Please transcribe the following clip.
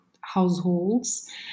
households